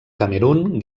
camerun